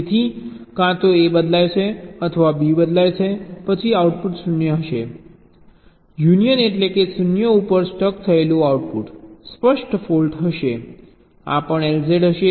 તેથી ક્યાં તો A બદલાય છે અથવા B બદલાય છે પછી આઉટપુટ 0 હશે યુનિયન એટલેકે 0 ઉપર સ્ટક થયેલું આઉટપુટ સ્પષ્ટ ફોલ્ટ હશે આ પણ LZ હશે